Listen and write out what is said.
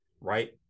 Right